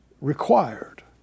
required